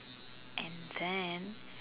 and then